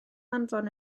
anfon